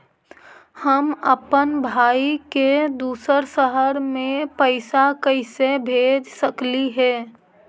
हम अप्पन भाई के दूसर शहर में पैसा कैसे भेज सकली हे?